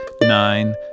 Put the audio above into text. nine